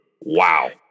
Wow